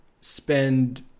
spend